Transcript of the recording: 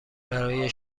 برای